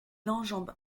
enjambe